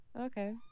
okay